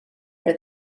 for